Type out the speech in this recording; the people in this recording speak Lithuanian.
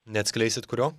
neatskleisit kurio